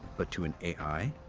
but to an a i,